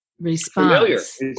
response